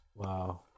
wow